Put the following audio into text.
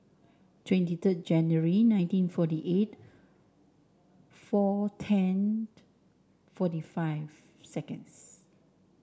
twenty third January nineteen forty eight four tenth forty five seconds